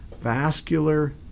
vascular